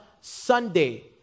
Sunday